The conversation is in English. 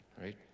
Right